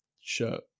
shirt